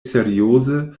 serioze